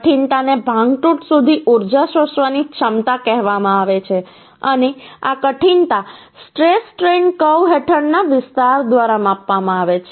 કઠિનતાને ભાંગતૂટ સુધી ઊર્જા શોષવાની ક્ષમતા કહેવામાં આવે છે અને આ કઠિનતા સ્ટ્રેશ સ્ટ્રેઇન કર્વ હેઠળના વિસ્તાર દ્વારા માપવામાં આવે છે